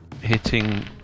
hitting